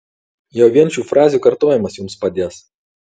jau vien šių frazių kartojimas jums padės